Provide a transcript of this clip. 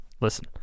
Listen